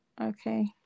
Okay